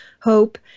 hope